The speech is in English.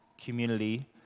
community